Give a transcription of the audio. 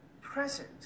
present